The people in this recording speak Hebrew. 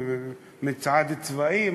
מצעד צבאי,